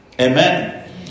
Amen